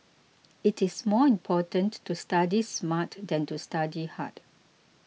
it is more important to study smart than to study hard